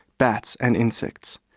bats and insects.